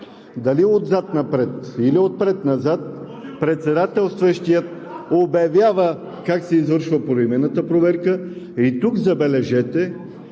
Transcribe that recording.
Дали отзад напред, или отпред назад, председателстващият обявява как се извършва поименната проверка. И тук, забележете,